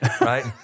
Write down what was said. right